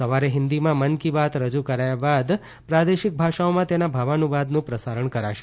સવારે હિન્દીમાં મન કી બાત રજૂ કરાયા બાદ પ્રાદેશિક ભાષાઓમાં તેના ભાવાનુવાદનું પ્રસારણ કરાશે